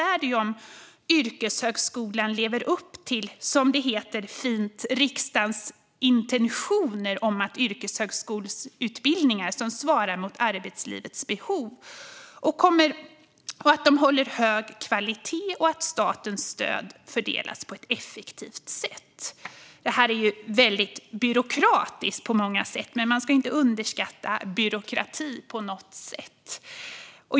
Jo, det är om yrkeshögskolan lever upp till, som det fint heter, riksdagens intentioner om yrkeshögskoleutbildningar som svarar mot arbetslivets behov, att de håller hög kvalitet och att statens stöd fördelas på ett effektivt sätt. Det är väldigt byråkratiskt på många sätt, men man ska inte underskatta byråkratin.